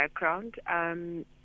background